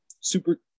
super